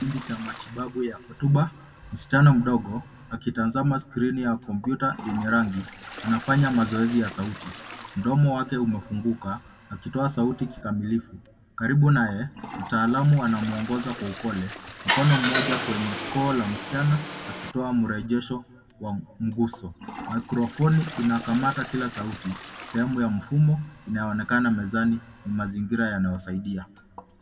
Kipindi cha matibabu ya hotuba. Msichana mdogo akitazama skrini ya kompyuta yenye rangi anafanya mazoezi ya sauti. Mdomo wake umefunguka akitoa sauti kikamilifu. Karibu naye, mtaalamu anamwongoza kwa upole mkono mmoja kwenye koo la msichana akitoa mrejesho wa mguso. Maikrofoni inakamata kila sauti. Sehemu ya mfumo inaonekana mezani. Ni mazingira yanayosaidia.